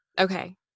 Okay